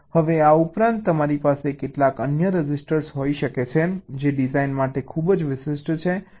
હવે આ ઉપરાંત તમારી પાસે કેટલાક અન્ય રજિસ્ટર હોઈ શકે છે જે ડિઝાઇન માટે ખૂબ જ વિશિષ્ટ છે